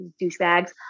Douchebags